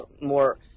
more